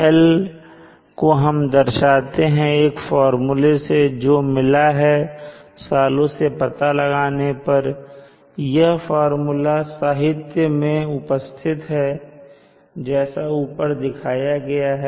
L को हम दर्शाते हैं एक फार्मूला से जो मिला है सालों से पता लगाने पर यह फार्मूला साहित्य में उपस्थित है जैसा ऊपर दिखाया गया है